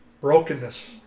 brokenness